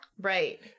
Right